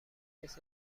نیست